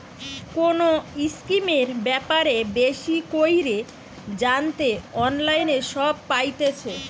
কোনো স্কিমের ব্যাপারে বেশি কইরে জানতে অনলাইনে সব পাইতেছে